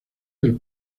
del